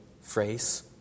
phrase